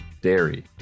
Dairy